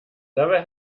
dabei